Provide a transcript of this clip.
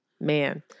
Man